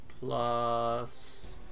plus